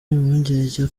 impungenge